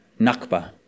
Nakba